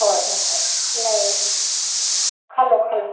ꯍꯣꯏ ꯍꯣꯏ ꯍꯣꯏ ꯂꯩꯌꯣ ꯂꯩꯌꯣ ꯈꯜꯂꯣ ꯈꯜꯂꯣ